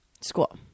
school